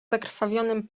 zakrwawionym